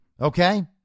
okay